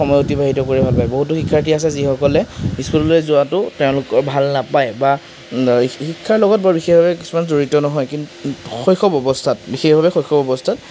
সময় অতিবাহিত কৰি ভাল পাই বহুতো শিক্ষাৰ্থী আছে যিসকলে স্কুললৈ যোৱাটো তেওঁলোকে ভাল নাপায় বা শি শিক্ষাৰ লগত বৰ বিশেষভাৱে কিছুমান জড়িত নহয় কিন শৈশৱ অৱস্থাত বিশেষভাৱে শৈশৱ অৱস্থাত